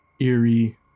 eerie